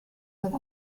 with